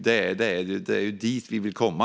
Det är dit vi vill komma.